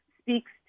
speaks